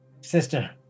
Sister